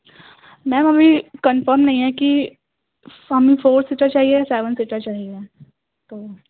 میم ابھی کنفرم نہیں ہے کہ ہمیں فور سیٹر چاہیے یا سیون سیٹر چاہیے تو